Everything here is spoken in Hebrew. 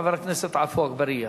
חבר הכנסת עפו אגבאריה.